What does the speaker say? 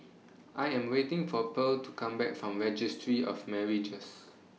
I Am waiting For Pearle to Come Back from Registry of Marriages